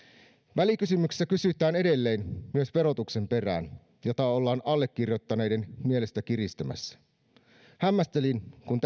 välikysymyksessä kysytään edelleen myös verotuksen perään jota ollaan allekirjoittaneiden mielestä kiristämässä hämmästelin kun